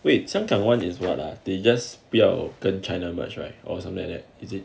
wait 香港 [one] is what are they just 不要跟 china much right or something like that is it